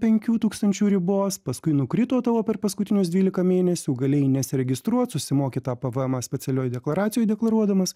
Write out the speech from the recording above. penkių tūkstančių ribos paskui nukrito tavo per paskutinius dvylika mėnesių galėjai nesiregistruot susimoki tą pvmą specialioj deklaracijoj deklaruodamas